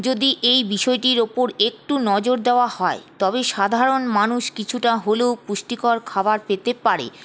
যদি এই বিষয়টির ওপর একটু নজর দেওয়া হয় তবে সাধারণ মানুষ কিছুটা হলেও পুষ্টিকর খাবার পেতে পারে